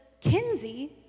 Kinsey